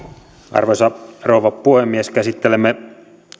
arvoisa rouva puhemies käsittelemme